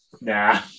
Nah